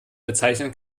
bezeichnen